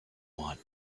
want